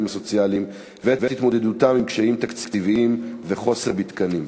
הסוציאליים ואת התמודדותם עם קשיים תקציביים וחוסר בתקנים.